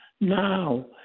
now